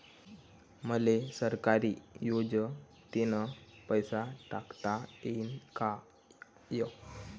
मले सरकारी योजतेन पैसा टाकता येईन काय?